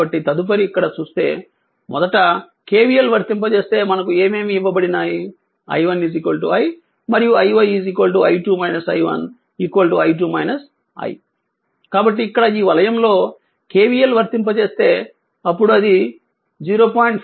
కాబట్టి తదుపరి ఇక్కడ చూస్తే మొదట ఇక్కడ KVL వర్తింపజేస్తే మనకు ఏమేమి ఇవ్వబడినాయి i1 i మరియు iy i2 i1 i 2 i కాబట్టి ఇక్కడ ఈ వలయం లో KVL వర్తింపజేస్తే అప్పుడు ఇది 0